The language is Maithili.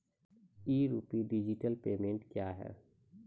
ई रूपी डिजिटल पेमेंट क्या हैं?